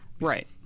Right